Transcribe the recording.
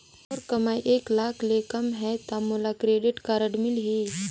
मोर कमाई एक लाख ले कम है ता मोला क्रेडिट कारड मिल ही?